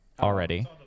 already